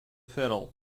fiddle